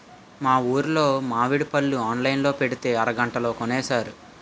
మా ఊరులో మావిడి పళ్ళు ఆన్లైన్ లో పెట్టితే అరగంటలో కొనేశారు